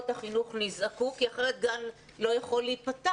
החינוך נזעקו כי אחרת גן לא יכול להיפתח.